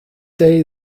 day